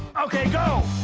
okay, go!